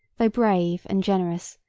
though brave and generous,